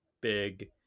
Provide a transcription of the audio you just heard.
big